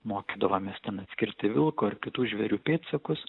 mokydavomės ten atskirti vilko ir kitų žvėrių pėdsakus